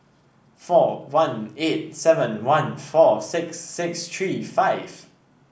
four one eight seven one four six six three five